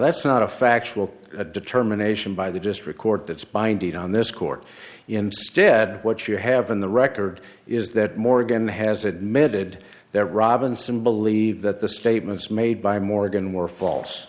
that's not a factual determination by the district court that's binding on this court instead what you have in the record is that morgan has admitted that robinson believe that the statements made by morgan were false